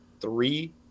three